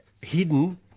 hidden